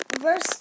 Verse